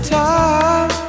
time